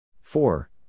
Four